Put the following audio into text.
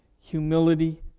humility